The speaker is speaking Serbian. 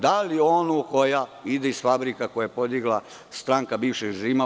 Da li onu koja ide iz fabrika koje je podigla stranka bivšeg režima?